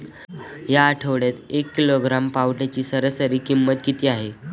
या आठवड्यात एक किलोग्रॅम पावट्याची सरासरी किंमत किती आहे?